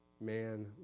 man